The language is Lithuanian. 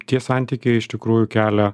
tie santykiai iš tikrųjų kelia